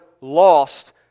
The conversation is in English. lost